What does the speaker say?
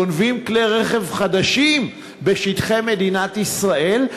גונבים כלי רכב חדשים בשטחי מדינת ישראל,